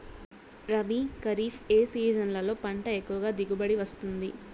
రబీ, ఖరీఫ్ ఏ సీజన్లలో పంట ఎక్కువగా దిగుబడి వస్తుంది